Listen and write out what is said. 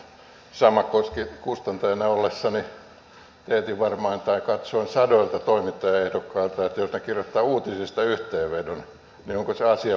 samoin kustantajana ollessani katsoin varmaan sadoilta toimittajaehdokkailta että jos he kirjoittavat uutisista yhteenvedon niin onko se asianmukainen